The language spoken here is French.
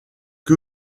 que